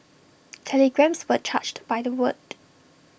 telegrams were charged by the word